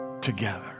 together